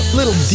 Little